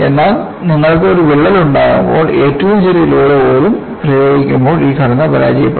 എന്നാൽ നിങ്ങൾക്ക് ഒരു വിള്ളൽ ഉണ്ടാകുമ്പോൾ ഏറ്റവും ചെറിയ ലോഡ് പോലും പ്രയോഗിക്കുമ്പോൾ ഈ ഘടന പരാജയപ്പെടും